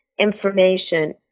information